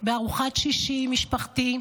בארוחת שישי עם משפחתי,